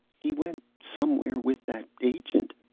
he went somewhere with that agent,